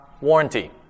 warranty